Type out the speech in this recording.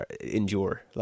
endure